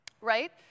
right